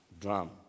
drum